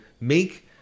make